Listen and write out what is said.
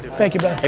thank you, buddy.